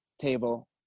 table